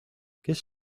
kes